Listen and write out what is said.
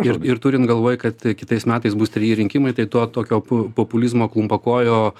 ir ir turint galvoj kad kitais metais bus treji rinkimai tai to tokio pu populizmo klumpakojo